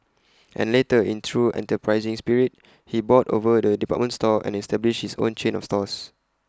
and later in true enterprising spirit he bought over the department store and established his own chain of stores